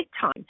time